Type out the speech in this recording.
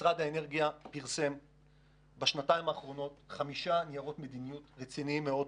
משרד האנרגיה פרסם בשנתיים האחרונות חמישה ניירות מדיניות רציניים מאוד,